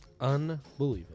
Unbelievable